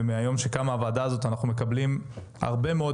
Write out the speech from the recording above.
ומהיום שקמה הוועדה הזאת אנחנו מקבלים הרבה מאוד